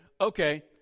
okay